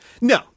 No